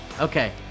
Okay